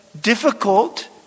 difficult